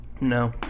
No